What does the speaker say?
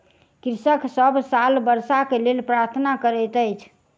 कृषक सभ साल वर्षा के लेल प्रार्थना करैत अछि